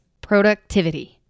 productivity